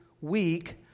week